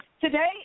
Today